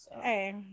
Hey